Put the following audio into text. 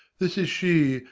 this is she,